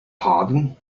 pardon